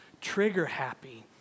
trigger-happy